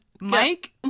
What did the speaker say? Mike